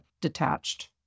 detached